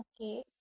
okay